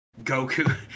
Goku